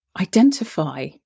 identify